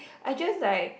I just like